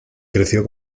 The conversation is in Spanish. creció